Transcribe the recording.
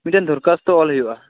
ᱢᱤᱫᱴᱟᱝ ᱫᱚᱨᱠᱷᱟᱥᱛᱷᱚ ᱚᱞ ᱦᱩᱭᱩᱜ ᱟ